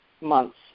months